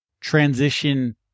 transition